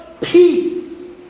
peace